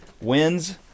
wins